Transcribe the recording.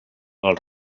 pel